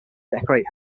decorate